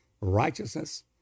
righteousness